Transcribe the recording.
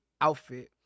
outfit